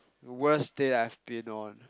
worst day I have been on